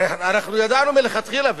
הרי ידענו מלכתחילה,